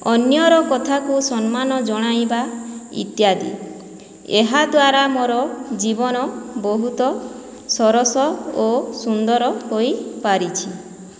ଅନ୍ୟର କଥାକୁ ସମ୍ମାନ ଜଣାଇବା ଇତ୍ୟାଦି ଏହାଦ୍ଵାରା ମୋର ଜୀବନ ବହୁତ ସରସ ଓ ସୁନ୍ଦର ହୋଇପାରିଛି